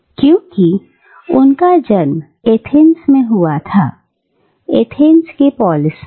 क्योंकि उनका जन्म एथेंस में हुआ था एथेंस के पोलिस में